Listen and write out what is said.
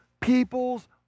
peoples